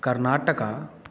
Karnataka